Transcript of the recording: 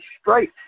straight